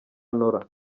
nora